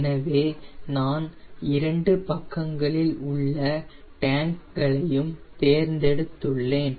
எனவே நான் இரண்டு பக்கங்களில் உள்ள டேங்க் களையும் தேர்ந்தெடுத்துள்ளேன்